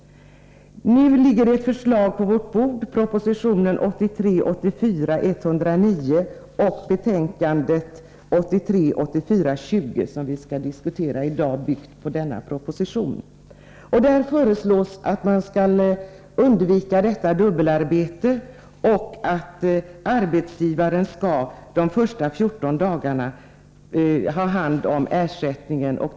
Nu ligger det ett förslag på vårt bord, och det är proposition 109 och betänkande 20, byggt på denna proposition, som vi diskuterar i dag. Där föreslås att man skall undvika detta dubbelarbete och att arbetsgivaren de första 14 dagarna skall ha hand om ersättningen.